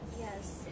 Yes